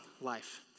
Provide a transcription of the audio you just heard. life